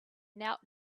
knelt